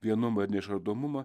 vienumą neišardomumą